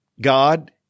God